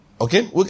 Okay